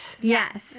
Yes